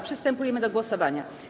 Przystępujemy do głosowania.